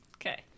Okay